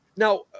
Now